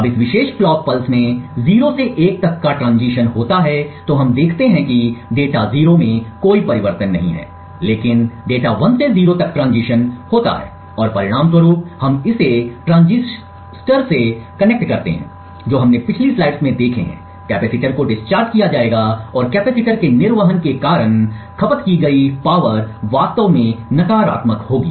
अब इस विशेष क्लॉक पल्स में 0 से 1 तक का ट्रांजिशन होता है तो हम देखते हैं कि डेटा 0 में कोई परिवर्तन नहीं है लेकिन डेटा 1 से 0 तक ट्रांजिशन होता है और परिणामस्वरूप हम इसे ट्रांजिस्टर से कनेक्ट करते हैं जो हमने पिछली स्लाइड में देखे हैं कैपेसिटर को डिस्चार्ज किया जाएगा और कैपेसिटर के निर्वहन के कारण खपत की गई शक्ति वास्तव में नकारात्मक होगी